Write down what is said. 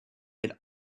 had